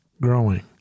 growing